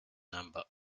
number